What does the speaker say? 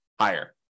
higher